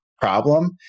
problem